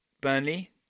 Burnley